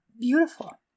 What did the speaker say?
beautiful